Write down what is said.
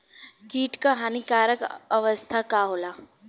कीट क हानिकारक अवस्था का होला?